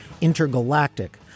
Intergalactic